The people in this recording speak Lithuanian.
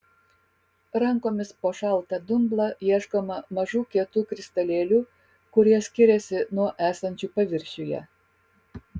rankomis po šaltą dumblą ieškoma mažų kietų kristalėlių kurie skiriasi nuo esančių paviršiuje